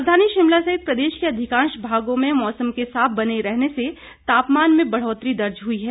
राजधानी शिमला सहित प्रदेश के अधिंकाश भागों में मौसम के साफ बने रहने से तापमान में बढ़ोतरी दर्ज हई है